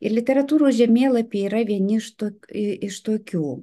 ir literatūros žemėlapiai yra vieni iš tų iš tokių